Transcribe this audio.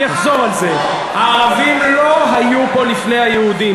אני אחזור על זה: הערבים לא היו פה לפני היהודים.